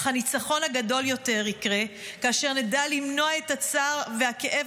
אך הניצחון הגדול יותר יקרה כאשר נדע למנוע את הצער והכאב